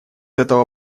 этого